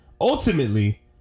ultimately